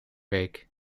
week